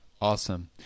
Awesome